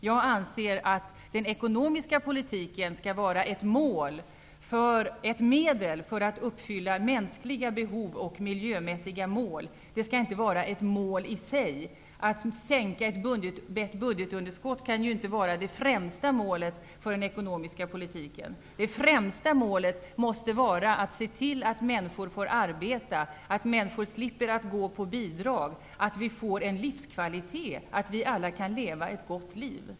Jag anser att den ekonomiska politiken skall vara ett medel för att uppfylla mänskliga behov och miljömässiga mål. Den skall inte vara ett mål i sig. Att sänka ett budgetunderskott kan inte vara det främsta målet för den ekonomiska politiken. Det främsta målet måste vara att se till att människor får arbeta, att människor slipper leva på bidrag, att vi får en livskvalitet, att vi alla kan leva ett gott liv.